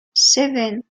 seven